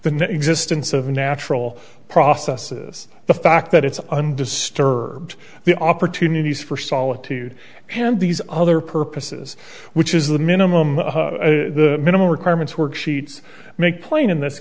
net existence of natural processes the fact that it's undisturbed the opportunities for solitude and these other purposes which is the minimum the minimum requirements worksheets make plain in this